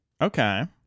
Okay